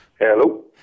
Hello